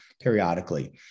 periodically